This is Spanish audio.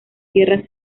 tierras